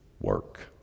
work